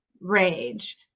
rage